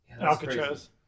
Alcatraz